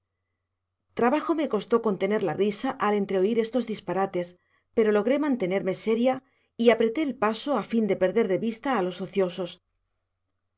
trabajo me costó contener la risa al entreoír estos disparates pero logré mantenerme seria y apreté el paso a fin de perder de vista a los ociosos